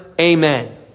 Amen